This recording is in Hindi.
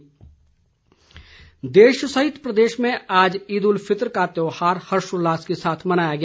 ईद देश सहित प्रदेशभर में आज ईद उल फितर का त्योहार हर्षोल्लास के साथ मनाया गया